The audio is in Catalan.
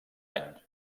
any